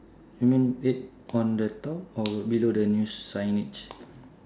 you mean eight on the top or below the news signage